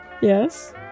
Yes